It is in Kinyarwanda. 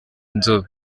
inzobe